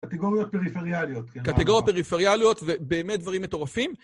קטגוריות פריפריאליות, כן? קטגוריות פריפריאליות ובאמת דברים מטורפים.